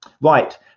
Right